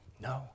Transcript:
No